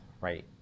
right